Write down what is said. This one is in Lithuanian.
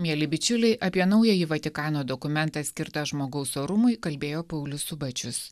mieli bičiuliai apie naująjį vatikano dokumentą skirtą žmogaus orumui kalbėjo paulius subačius